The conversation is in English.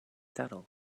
subtle